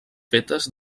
fetes